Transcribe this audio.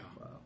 Wow